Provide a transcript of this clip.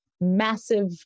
massive